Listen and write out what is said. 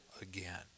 again